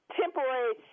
temporary